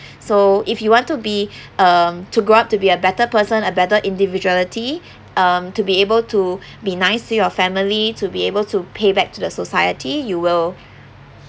so if you want to be um to grow up to be a better person a better individuality um to be able to be nice to your family to be able to pay back to the society you will